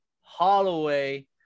Holloway